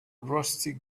rusty